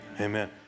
Amen